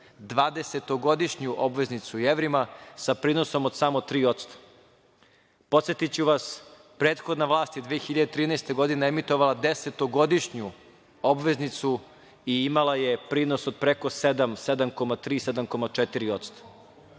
dvadesetogodišnju obveznicu u evrima, sa prinosom od samo 3%.Podsetiću vas, prethodna vlast je 2013. godine emitovala desetogodišnju obveznicu i imala je prinos od preko 7 – 7,3%, 7,4%.